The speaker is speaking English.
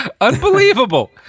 Unbelievable